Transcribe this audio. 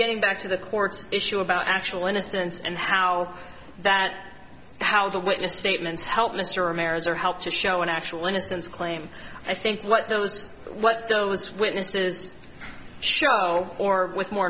getting back to the courts issue about actual innocence and how that how the witness statements helped mr maritz or helped to show an actual innocence claim i think what those what those witnesses show or with more